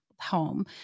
home